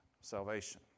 salvation